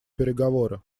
переговоры